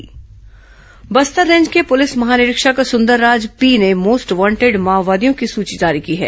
most wanted सूची Bastar range के पुलिस महानिरीक्षक सुंदरराज पी ने मोस्ट वांटेड माओवादियों की सूची जारी की है